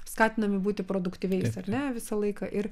skatinami būti produktyviais ar ne visą laiką ir